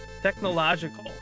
technological